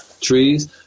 trees